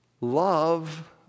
love